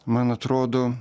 man atrodo